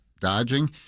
dodging